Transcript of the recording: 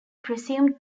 presumed